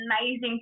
amazing